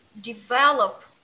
develop